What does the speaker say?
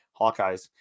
hawkeyes